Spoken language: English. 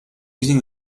using